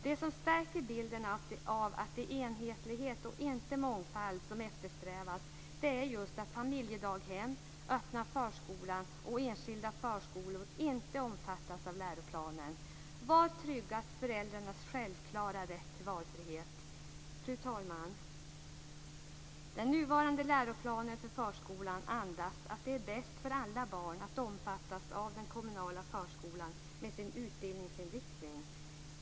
Det som stärker bilden av att det är enhetlighet och inte mångfald som eftersträvas är just att familjedaghem, öppna förskolan och enskilda förskolor inte omfattas av läroplanen. Var tryggas föräldrarnas självklara rätt till valfrihet? Fru talman! Den nuvarande läroplanen för förskolan andas att det är bäst för alla barn att omfattas av den kommunala förskolan med sin utbildningsinriktning.